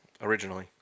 Originally